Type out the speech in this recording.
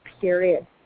period